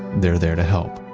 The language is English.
they're there to help.